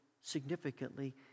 significantly